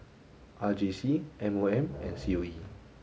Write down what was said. R J C M O M and C O E